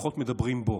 פחות מדברים בו,